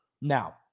Now